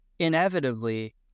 Inevitably